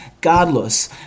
Godless